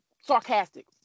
sarcastic